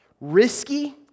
risky